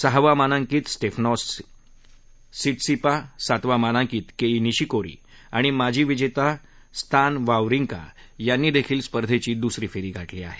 सहावा मानांकित Stefanos Tsitsipas सातवा मानांकित के ई निशीकोरी आणि माजी विजेता स्तान वावरिंका यांनी देखील स्पर्धेची दुसरी फेरी गाठली आहे